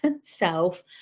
self